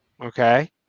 Okay